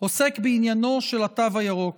עוסק בעניינו של התו הירוק.